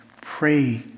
Pray